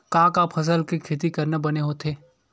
का का फसल के खेती करना बने होथे?